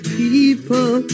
people